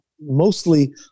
mostly